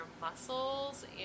muscles